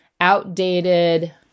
outdated